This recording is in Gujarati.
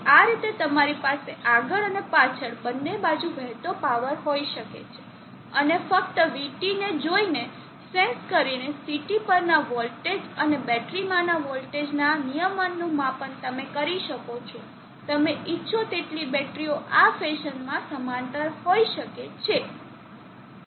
તેથી આ રીતે તમારી પાસે આગળ અને પાછળ બંને બાજુ વહેતો પાવર હોઈ શકે છે અને ફક્ત VT ને જોયને સેન્સ કરીને CT પરના વોલ્ટેજ અને બેટરીમાંના વોલ્ટેજનાં નિયમનનું માપન તમે કરી શકો છો તમે ઇચ્છો તેટલી બેટરીઓ આ ફેશનમાં સમાંતર હોઈ શકે છે